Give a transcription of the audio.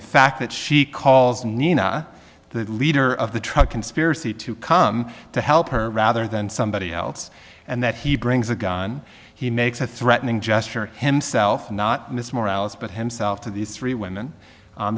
the fact that she calls nina the leader of the truck conspiracy to come to help her rather than somebody else and that he brings a gun he makes a threatening gesture himself not miss morales but himself to these three women on